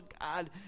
God